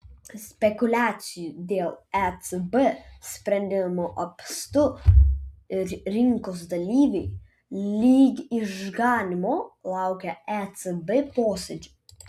spekuliacijų dėl ecb sprendimo apstu ir rinkos dalyviai lyg išganymo laukia ecb posėdžio